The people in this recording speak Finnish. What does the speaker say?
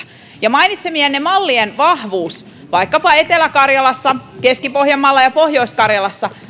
ja mainitsemienne mallien vahvuus vaikkapa etelä karjalassa keski pohjanmaalla ja pohjois karjalassa